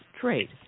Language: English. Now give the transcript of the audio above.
trade